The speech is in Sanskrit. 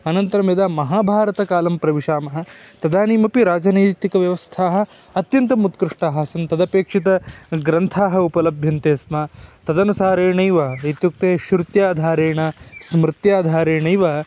अनन्तरं यदा महाभारतकालं प्रविशामः तदानीमपि राजनैतिकव्यवस्था अत्यन्तम् उत्कृष्टा आसन् तदपेक्षिताः ग्रन्थाः उपलभ्यन्ते स्म तदनुसारेणैव इत्युक्ते श्रुत्याधारेण स्मृत्याधारेणैव